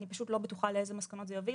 אני פשוט לא בטוחה לאילו מסקנות זה יוביל.